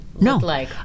No